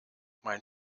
mein